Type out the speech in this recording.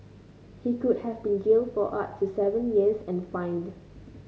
he could have been jailed for up to seven years and fined